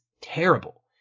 terrible